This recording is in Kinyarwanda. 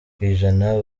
kwijana